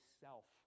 self